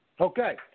Okay